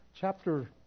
chapter